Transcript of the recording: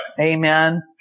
Amen